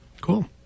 Cool